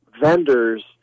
vendors